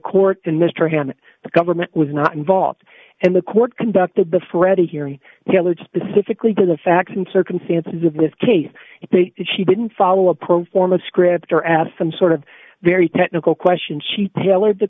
court and mr ham the government was not involved and the court conducted the freddie hearing tailored specifically to the facts and circumstances of this case if they she didn't follow a pro forma script or asked some sort of very technical question she tailored the